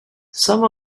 some